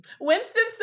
winston